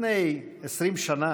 לפני 20 שנה,